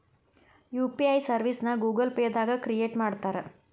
UPI ಸರ್ವಿಸ್ನ Google pay ದಾಗ create ಮಾಡ್ತಾರಾ